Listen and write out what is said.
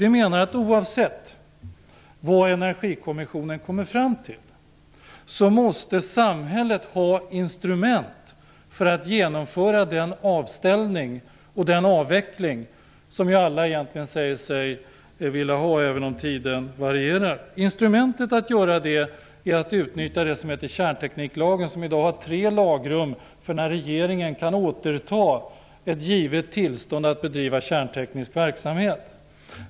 Vi menar att oavsett vad Energikommissionen kommer fram till måste samhället ha instrument för att genomföra den avställning och den avveckling som ju alla egentligen säger sig vilja ha även om tiden varierar. Instrumentet att göra det är att utnyttja det som heter kärntekniklagen, som i dag har tre lagrum för när regeringen kan återta ett givet tillstånd att bedriva kärnteknisk verksamhet.